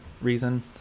reason